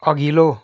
अघिल्लो